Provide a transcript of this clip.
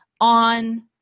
on